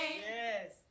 Yes